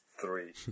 three